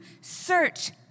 search